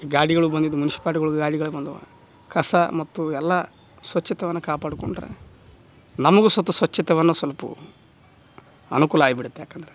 ಗಾಡಿಗಳು ಬಂದಿದ್ದು ಮುನ್ಶಿಪಾಲ್ಟಿಗಳು ಗಾಡಿಗಳು ಬಂದವೆ ಕಸ ಮತ್ತು ಎಲ್ಲ ಸ್ವಚ್ಛತವನ್ನು ಕಾಪಾಡಿಕೊಂಡ್ರೆ ನಮಗೂ ಸತು ಸ್ವಚ್ಛತವನ್ನು ಸಲ್ಪ ಅನುಕೂಲ ಆಗ್ ಬಿಡುತ್ತೆ ಯಾಕಂದರೆ